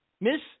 Miss